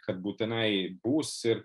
kad būtinai būs ir